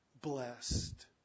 Blessed